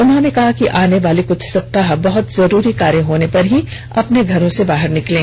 उन्होंने कहा है कि आने वाले कुछ सप्ताह बहुत जरूरी कार्य होने पर ही अपने घर से बाहर निकलें